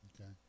Okay